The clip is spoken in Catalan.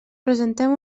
presentem